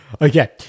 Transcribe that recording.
Okay